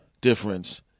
difference